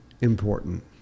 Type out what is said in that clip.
important